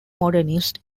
modernist